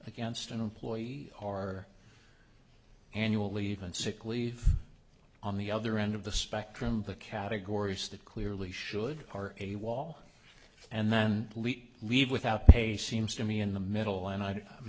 against an employee are annual leave and sick leave on the other end of the spectrum the categories that clearly should are a wall and then elite leave without pay seems to me in the middle and i